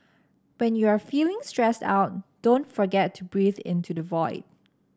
when you are feeling stressed out don't forget to breathe into the void